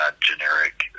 generic